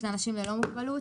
לעומת אנשים ללא מוגבלות,